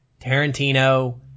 Tarantino